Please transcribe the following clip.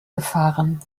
gefahren